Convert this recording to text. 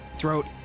throat